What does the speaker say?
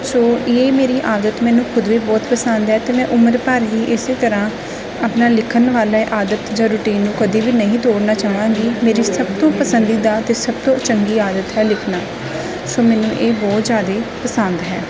ਸੋ ਇਹ ਮੇਰੀ ਆਦਤ ਮੈਨੂੰ ਖੁਦ ਵੀ ਬਹੁਤ ਪਸੰਦ ਹੈ ਅਤੇ ਮੈਂ ਉਮਰ ਭਰ ਹੀ ਇਸ ਤਰ੍ਹਾਂ ਆਪਣਾ ਲਿਖਣ ਵਾਲੇ ਆਦਤ ਜਾਂ ਰੂਟੀਨ ਨੂੰ ਕਦੇ ਵੀ ਨਹੀਂ ਤੋੜਨਾ ਚਾਹਵਾਂਗੀ ਮੇਰੀ ਸਭ ਤੋਂ ਪਸੰਦੀਦਾ ਅਤੇ ਸਭ ਤੋਂ ਚੰਗੀ ਆਦਤ ਹੈ ਲਿਖਣਾ ਸੋ ਮੈਨੂੰ ਇਹ ਬਹੁਤ ਜ਼ਿਆਦਾ ਪਸੰਦ ਹੈ